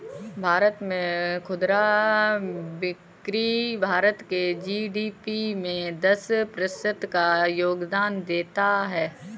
भारत में खुदरा बिक्री भारत के जी.डी.पी में दस प्रतिशत का योगदान देता है